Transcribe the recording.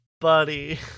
Buddy